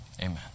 Amen